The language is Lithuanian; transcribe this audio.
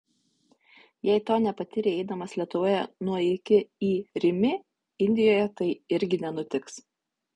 jei to nepatyrei eidamas lietuvoje nuo iki į rimi indijoje tai irgi nenutiks